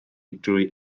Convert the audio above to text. drwy